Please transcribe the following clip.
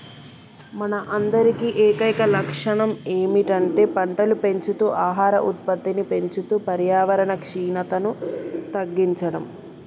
మన అందరి ఏకైక లక్షణం ఏమిటంటే పంటలు పెంచుతూ ఆహార ఉత్పత్తిని పెంచుతూ పర్యావరణ క్షీణతను తగ్గించడం